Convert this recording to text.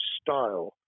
style